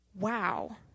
Wow